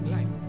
Life